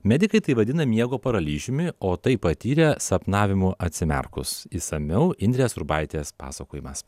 medikai tai vadina miego paralyžiumi o tai patyrę sapnavimu atsimerkus išsamiau indrės urbaitės pasakojimas